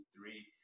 three